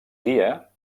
dia